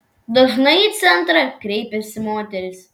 dažnai į centrą kreipiasi moterys